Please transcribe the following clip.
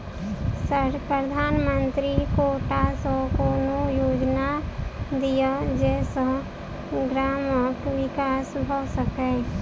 Sir प्रधानमंत्री quota सऽ कोनो योजना दिय जै सऽ ग्रामक विकास भऽ सकै?